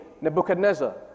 Nebuchadnezzar